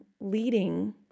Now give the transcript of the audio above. leading